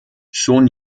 schon